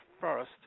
first